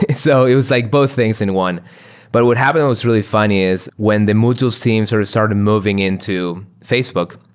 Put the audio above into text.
it so it was like both things in one but what happened that was really funny is when the mutools team sort of started moving into facebook,